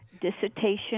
dissertation –